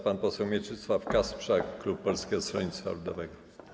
Pan poseł Mieczysław Kasprzak, klub Polskiego Stronnictwa Ludowego.